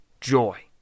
joy